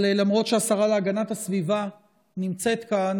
אבל למרות שהשרה להגנת הסביבה נמצאת כאן,